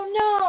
no